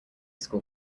school